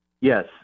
Yes